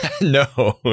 No